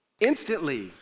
Instantly